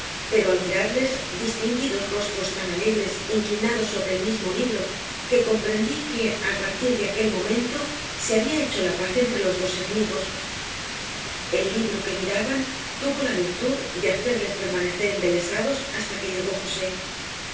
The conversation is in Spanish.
pero al mirarles distinguí dos rostros tan alegres inclinados sobre el mismo libro que comprendí que a partir de aquel momento se había hecho la paz entre los dos enemigos el libro que miraban tuvo la virtud de hacerles permanecer embelesados hasta que llegó josé